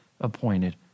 appointed